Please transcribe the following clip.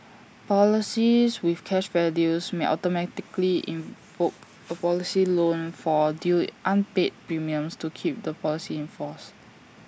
policies with cash value may automatically invoke A policy loan for due unpaid premiums to keep the policy in force